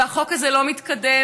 והחוק הזה לא מתקדם,